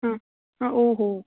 हा हा ओ हो